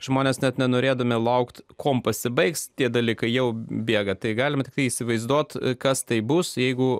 žmonės net nenorėdami laukti kuom pasibaigs tie dalykai jau bėga tai galima tiktai įsivaizduoti kas tai bus jeigu